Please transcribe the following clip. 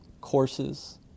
courses